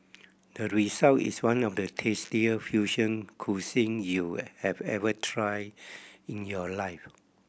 the result is one of the tastiest fusion cuisine you have ever tried in your life